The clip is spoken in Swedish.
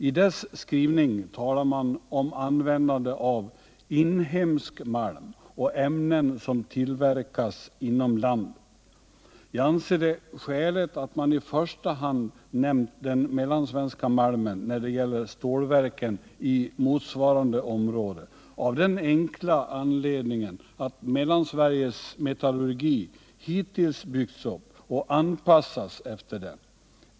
I dess skrivning talar man om användande av ”inhemsk malm och ämnen som tillverkas inom landet”. Jag anser det skäligt att man i första hand nämnt den mellansvenska malmen när det gäller stålverken i motsvarande område, av den enkla anledningen att Mellansveriges metallurgi hittills byggts upp och anpassats efter den.